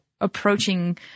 approaching